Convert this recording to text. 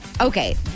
Okay